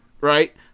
right